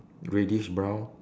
reddish brown